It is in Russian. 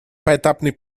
поэтапный